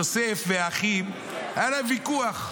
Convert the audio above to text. ליוסף והאחים היה ויכוח,